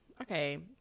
okay